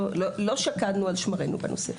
לא שקדנו על שמרינו בנושא.